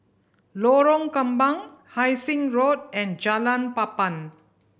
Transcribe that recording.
Lorong Kembang Hai Sing Road and Jalan Papan